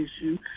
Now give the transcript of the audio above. issue